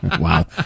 Wow